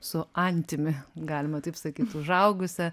su antimi galima taip sakyt užaugusia